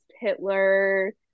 Hitler